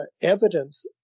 evidence